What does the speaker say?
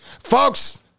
folks